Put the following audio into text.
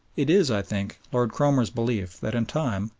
it is, i think, lord cromer's belief that in time,